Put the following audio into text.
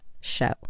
show